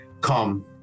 come